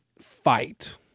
fight